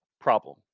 problem